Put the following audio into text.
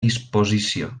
disposició